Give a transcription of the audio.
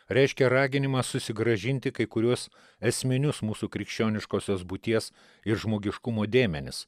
reiškia raginimą susigrąžinti kai kuriuos esminius mūsų krikščioniškosios būties ir žmogiškumo dėmenis